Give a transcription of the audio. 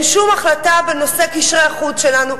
אין שום החלטה בנושא קשרי החוץ שלנו,